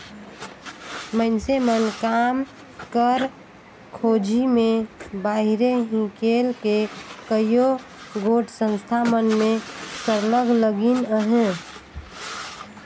मइनसे मन काम कर खोझी में बाहिरे हिंकेल के कइयो गोट संस्था मन में सरलग लगिन अहें